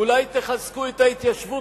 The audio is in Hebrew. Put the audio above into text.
אולי תחזקו את ההתיישבות,